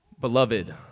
Beloved